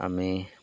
আমি